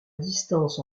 distance